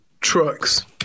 trucks